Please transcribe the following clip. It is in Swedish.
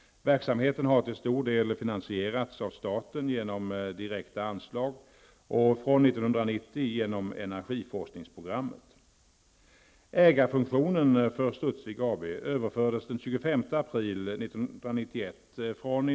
Verksamheten har till stor del finansierats av staten genom direkta anslag och -- Vattenfall.